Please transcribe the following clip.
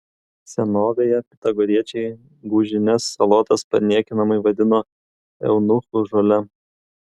senovėje pitagoriečiai gūžines salotas paniekinamai vadino eunuchų žole